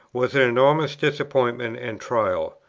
was an enormous disappointment and trial.